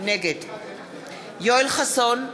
נגד יואל חסון,